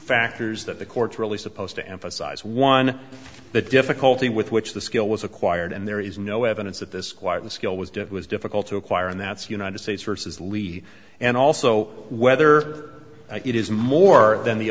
factors that the court really supposed to emphasize one the difficulty with which the skill was acquired and there is no evidence that this choir the skill was dead was difficult to acquire and that's united states versus li and also whether it is more than the